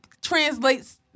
translates